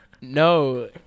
No